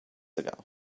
ago